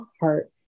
heart